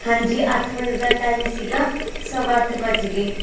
ਹਾਂਜੀ ਅੱਠ ਵਜੇ ਦਾ ਟਾਈਮ ਸੀਗਾ ਸਵਾ ਅੱਠ ਵਜ ਗਏ